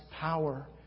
power